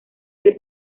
del